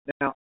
Now